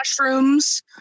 mushrooms